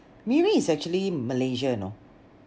Miri is actually Malaysia you know